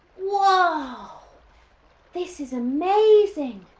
wow this is amazing!